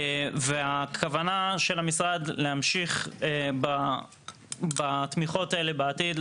והכוונה של המשרד להמשיך בתמיכות האלה בעתיד,